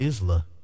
Isla